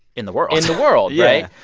in the world in the world. yeah.